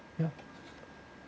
ya